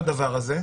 לצורך העניין,